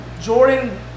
Jordan